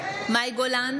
מאי גולן,